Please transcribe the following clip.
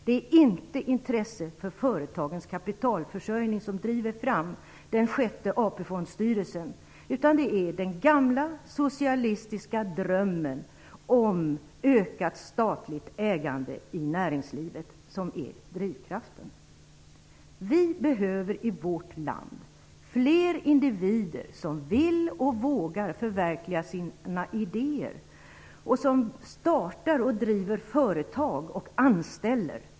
Det är inte intresse för företagens kapitalförsörjning som driver fram en sjätte AP fondsstyrelse, utan det är den gamla socialistiska drömmen om ökat statligt ägande i näringslivet som är drivkraften. Vi behöver i vårt land fler individer som vill och vågar förverkliga sina idéer och som startar och driver företag och anställer.